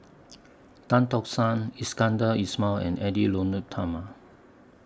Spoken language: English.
Tan Tock San Iskandar Ismail and Edwy Lyonet Talma